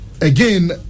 Again